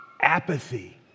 apathy